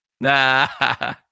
Nah